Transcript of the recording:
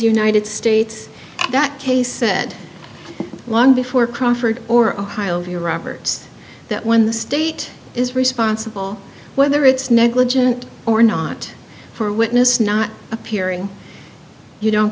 united states that case said long before crawford or ohio here roberts that when the state is responsible whether it's negligent or not for a witness not appearing you don't